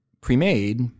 pre-made